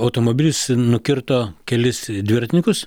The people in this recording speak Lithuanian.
automobilis nukirto kelis dviratininkus